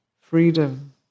freedom